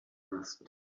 asked